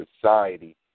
society